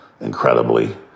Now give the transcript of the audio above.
incredibly